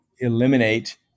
eliminate